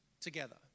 together